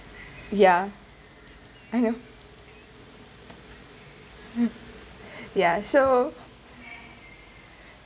ya I know ya so